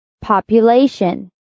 Population